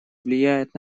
влияет